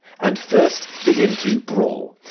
and first begin to brawl.